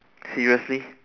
seriously